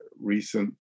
recent